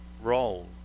role